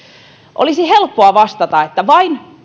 olisi helppoa vastata että vain